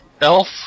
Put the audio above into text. Elf